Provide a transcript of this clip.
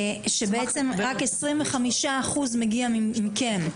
שבעצם רק 25% מהתקציב הזה מגיע ממשרד החינוך.